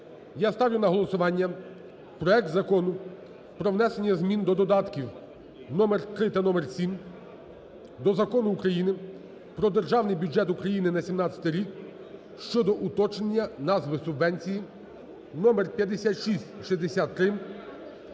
я ставлю на голосування проект Закону про внесення змін до додатків номер 3 та номер 7 до Закону України "Про Державний бюджет України на 17 рік" щодо уточнення назви субвенції, номер 5663,